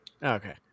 Okay